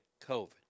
COVID